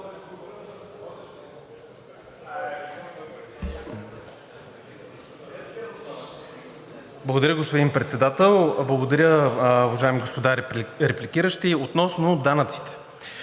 Благодаря, господин Председател. Благодаря, уважаеми господа репликиращи. Относно данъците.